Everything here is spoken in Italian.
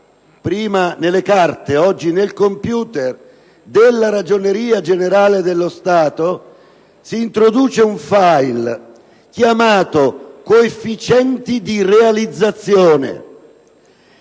prima nelle carte e oggi nel *computer* - della Ragioneria generale dello Stato si introduce un *file* chiamato «coefficienti di realizzazione».